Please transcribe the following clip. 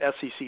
SEC